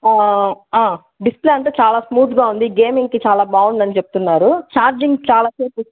display అంతా చాలా స్మూత్గా ఉంది గేమింగ్కి చాలా బాగుందని చెప్తున్నారు ఛార్జింగ్ చాలా సేపు